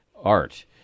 art